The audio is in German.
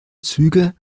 züge